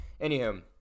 Anywho